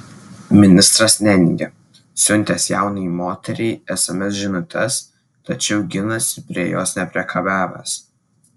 ministras neneigia siuntęs jaunai moteriai sms žinutes tačiau ginasi prie jos nepriekabiavęs